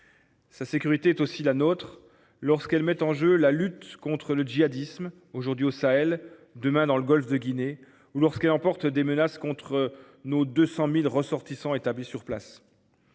de l’Afrique est aussi la nôtre, lorsqu’elle met en jeu la lutte contre le djihadisme, aujourd’hui au Sahel, demain dans le golfe de Guinée, ou lorsqu’elle soulève des menaces contre nos 200 000 ressortissants établis sur place.